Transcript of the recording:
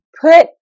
put